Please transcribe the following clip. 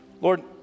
Lord